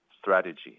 strategy